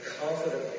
confidently